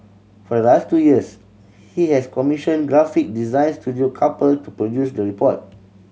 the last two years he has commissioned graphic design studio couple to produce the report